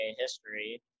history